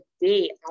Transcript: day